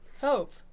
Hope